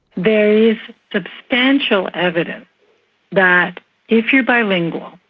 there is substantial evidence that if you're bilingual